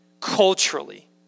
culturally